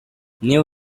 new